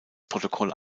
protokoll